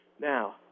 Now